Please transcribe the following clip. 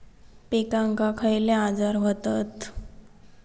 पिकांक खयले आजार व्हतत?